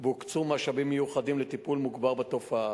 והוקצו משאבים מיוחדים לטיפול מוגבר תופעה,